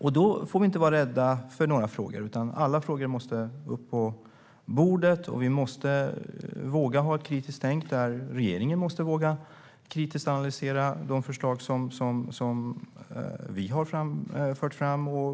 Då får vi inte vara rädda för några frågor, utan alla frågor måste upp på bordet. Vi måste våga ha ett kritiskt tänk. Vi i regeringen måste våga analysera de förslag som vi har fört fram kritiskt.